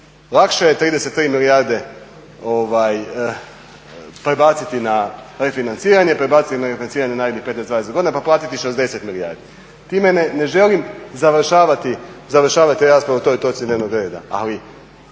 Lakše je 33 milijarde prebaciti na refinanciranje, prebaciti … /Govornik govori prebrzo, ne razumije se./ … pa platiti 60 milijardi. Time ne želim završavati raspravu o toj točci dnevnog reda, ali